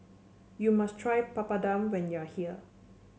you must try Papadum when you are here